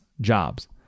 jobs